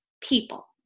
people